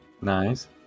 nice